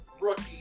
rookie